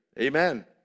amen